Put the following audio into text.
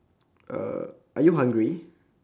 uh are you hungry